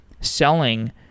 selling